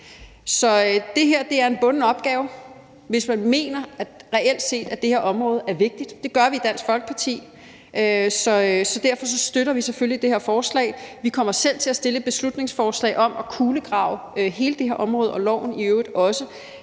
Så det her er en bunden opgave, hvis man reelt set mener, at det her område er vigtigt. Det gør vi i Dansk Folkeparti, så derfor støtter vi selvfølgelig det her forslag. Vi kommer selv til at fremsætte et beslutningsforslag om at kulegrave hele det her område og i øvrigt også